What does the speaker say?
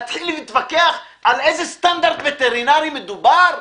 להתחיל להתווכח על איזה סטנדרט וטרינרי מדובר?